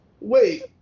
wait